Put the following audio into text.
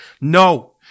No